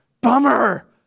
bummer